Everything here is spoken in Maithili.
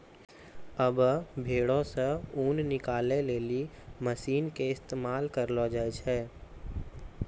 आबै भेड़ो से ऊन निकालै लेली मशीन के इस्तेमाल करलो जाय छै